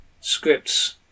scripts